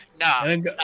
no